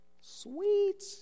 Sweet